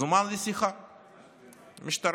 זומן לשיחה במשטרה,